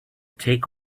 take